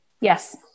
Yes